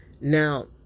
Now